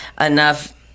enough